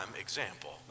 example